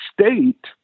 state